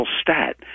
stat